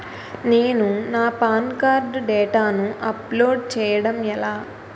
నేను నా PAN card డేటాను అప్లోడ్ చేయడం ఎలా?